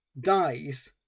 dies